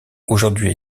aujourd’hui